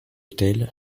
tel